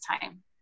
time